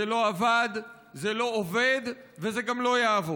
זה לא עבד, זה לא עובד וזה גם לא יעבוד.